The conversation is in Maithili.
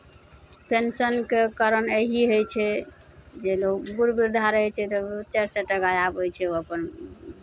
पेंशनके कारण एही होइ छै जे लोग बूढ़ वृद्धा रहै छै तऽ चारि सए टाका आबै छै ओ अपन